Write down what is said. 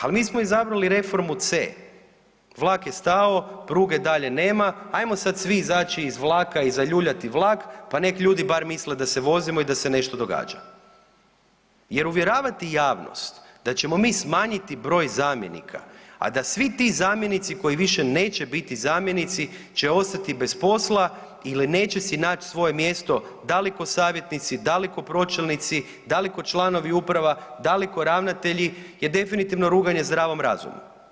Ali mi smo izabrali reformu C, vlak je stao, pruge dalje nema ajmo sada svi izaći iz vlaka i zaljuljati vlak pa nek ljudi bar misle da se vozimo i da se nešto događa jer uvjeravati javnost da ćemo mi smanjiti broj zamjenika, a da svi ti zamjenici koji više neće biti zamjenici će ostati bez posla ili si neće naći svoje mjesto da li ko savjetnici, da li ko pročelnici, da li ko članovi uprava, da li ko ravnatelji je definitivno ruganje zdravom razumu.